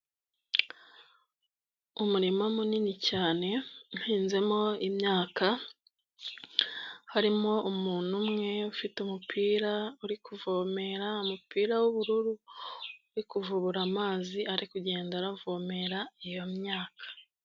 Umurima munini cyane uhinzemo imyaka, harimo umuntu umwe ufite umupira uri kuvomera, umupira w'ubururu uri kuvubura amazi ari kugenda aravomera iyo myaka.